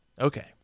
Okay